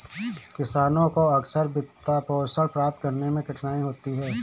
किसानों को अक्सर वित्तपोषण प्राप्त करने में कठिनाई होती है